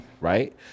Right